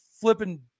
flipping